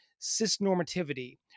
cisnormativity